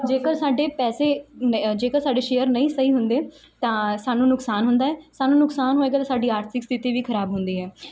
ਜੇਕਰ ਸਾਡੇ ਪੈਸੇ ਨ ਜੇਕਰ ਸਾਡੇ ਸ਼ੇਅਰ ਨਹੀਂ ਸਹੀ ਹੁੰਦੇ ਤਾਂ ਸਾਨੂੰ ਨੁਕਸਾਨ ਹੁੰਦਾ ਸਾਨੂੰ ਨੁਕਸਾਨ ਹੋਏਗਾ ਅਤੇ ਸਾਡੀ ਆਰਥਿਕ ਸਥਿਤੀ ਵੀ ਖਰਾਬ ਹੁੰਦੀ ਹੈ